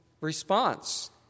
response